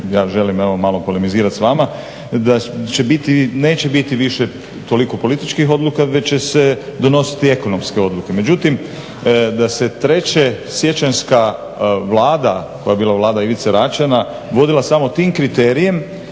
ja želim malo polemizirat s vama, da neće biti više toliko političkih odluka već će se donositi ekonomske odluke. Međutim, da se 3.siječanjska Vlada koja je bila Vlada Ivice Račana vodila samo tim kriterijem